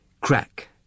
crack